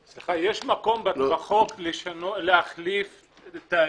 סליחה, יש מקום בחוק להחליף תאגיד?